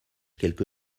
quelque